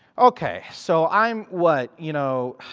okay. so, i'm what? you know?